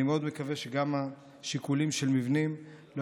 אני מאוד מקווה שגם השיקולים של מבנים לא